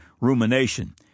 rumination